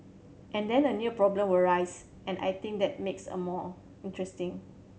and then a new problem will arise and I think that makes a more interesting